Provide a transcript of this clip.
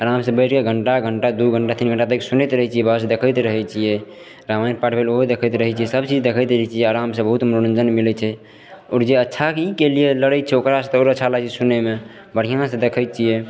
आरामसँ बैठके घण्टा घण्टा दू घण्टा तीन घण्टा तक सुनैत रहय छियै बहस देखैत रहय छियै रामायण पाठ भेल ओहो देखैत रहय छियै सबचीज देखैत रहय छियै आरामसँ बहुत मनोरञ्जन भी मिलय छै आओर जे अच्छाइके लिये लड़य छै ओकरासँ तऽ आओर अच्छा लागय छै सुनयमे बढ़िआँसँ देखय छियै